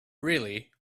really